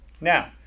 Now